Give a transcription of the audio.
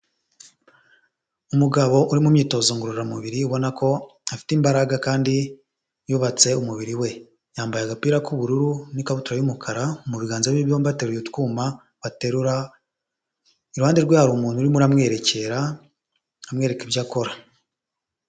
Umugabo uri mu myitozo ngororamubiri ubona ko afite imbaraga kandi yubatse umubiri we, yambaye agapira k'ubururu n'ikabutura y'umukara, mu biganza bye byombi ateruye utwuma baterura, iruhande rwe hari umuntu urimo amwerekera amwereka ibyo akora.